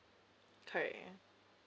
correct ya